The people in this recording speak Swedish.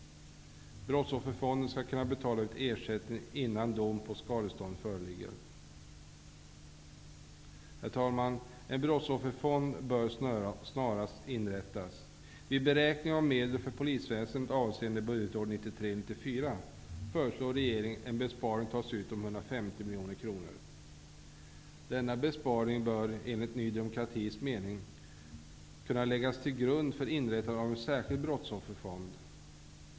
Brottsofferfonden skall kunna betala ut ersättning innan dom på skadestånd föreligger. Herr talman! En brottsofferfond bör snarast inrättas. Vid beräkningen av medel för polisväsendet avseende budgetåret 1993/94 föreslår regeringen att en besparing tas ut om 150 miljoner kronor. Denna besparing bör enligt Ny demokratis mening kunna läggas till grund för inrättandet av en särskild brottsofferfond.